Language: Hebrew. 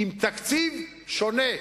עם תקציב שונה,